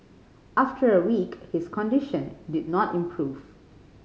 after a week his condition did not improve